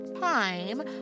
time